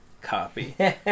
copy